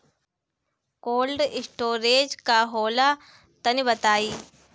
Cold storage का होला तनि बताई?